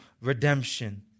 redemption